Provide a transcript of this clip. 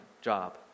job